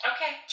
Okay